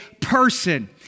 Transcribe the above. person